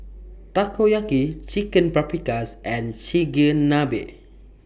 Takoyaki Chicken Paprikas and Chigenabe